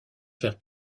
vers